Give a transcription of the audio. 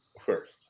first